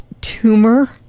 tumor